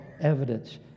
evidence